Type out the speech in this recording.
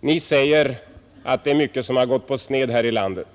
Ni säger att det är mycket som har gått på sned här i landet.